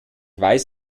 weiß